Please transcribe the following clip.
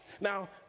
Now